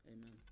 Amen